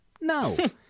No